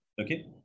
okay